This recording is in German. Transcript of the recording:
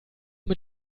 mit